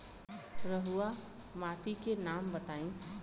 रहुआ माटी के नाम बताई?